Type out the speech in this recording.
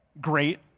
great